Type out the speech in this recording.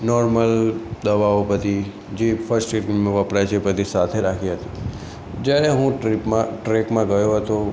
normal દવાઓ બધી જે ફર્સ્ટ એઈડમાં વપરાય છે બધી સાથે રાખી હતી જયારે હું ટ્રીપમાં ટ્રૅકમાં ગયો હતો